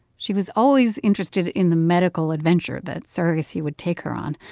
she was always interested in the medical adventure that surrogacy would take her on.